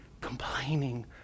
complaining